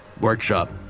workshop